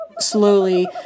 Slowly